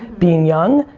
being young,